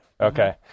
Okay